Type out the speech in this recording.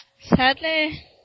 Sadly